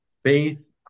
Faith